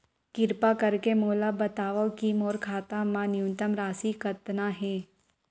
किरपा करके मोला बतावव कि मोर खाता मा न्यूनतम राशि कतना हे